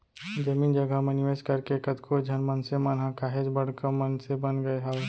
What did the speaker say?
जमीन जघा म निवेस करके कतको झन मनसे मन ह काहेच बड़का मनसे बन गय हावय